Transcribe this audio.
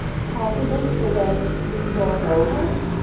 possibles for when this is all over?